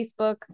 Facebook